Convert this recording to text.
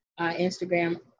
Instagram